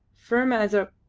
firm as a.